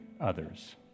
others